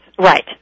Right